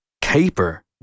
caper